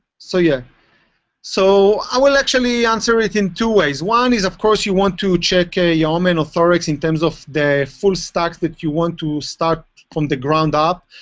so yeah so i will actually answer it in two ways. one is, of course, you want to check ah yeoman or thorax in terms of the full stacks that you want to start from the ground up.